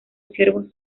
siervos